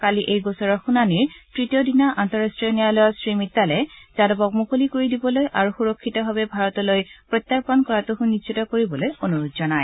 কালি এই গোচৰৰ শুনানীৰ তৃতীয় দিনা আন্তঃৰাষ্টীয় ন্যায়ালয়ত শ্ৰী মিট্টালে যাদৰক মুকলি কৰি দিবলৈ আৰু সুৰক্ষিতভাৱে ভাৰতলৈ প্ৰত্যাৰ্গন কৰাটো সুনিশ্চিত কৰিবলৈ অনুৰোধ জনায়